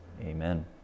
amen